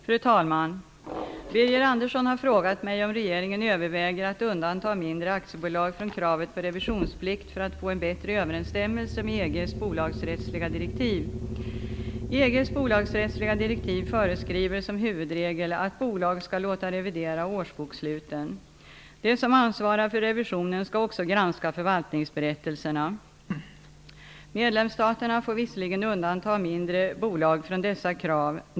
Fru talman! Birger Andersson har frågat mig om regeringen överväger att undanta mindre aktiebolag från kravet på revisionsplikt för att få en bättre överensstämmelse med EG:s bolagsrättsliga direktiv. EG:s bolagsrättsliga direktiv föreskriver som huvudregel att bolag skall låta revidera årsboksluten. De som ansvarar för revisionen skall också granska förvaltningsberättelserna. Medlemsstaterna får visserligen undanta mindre bolag från dessa krav.